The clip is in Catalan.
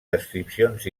descripcions